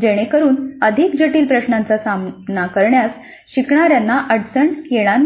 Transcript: जेणेकरून अधिक जटिल प्रश्नांचा सामना करण्यास शिकणाऱ्यांना अडचण येणार नाही